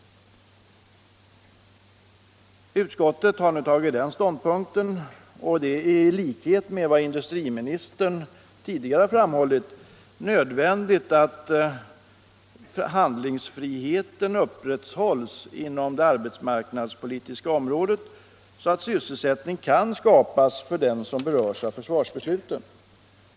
Utskottet har nu intagit den ståndpunkten, i likhet med vad industriministern tidigare har framhållit, att det är nödvändigt att handlingsfriheten upprätthålls inom det arbetsmarknadspolitiska området, så att sysselsättning kan skapas åt dem som berörs av försvarsbesluten.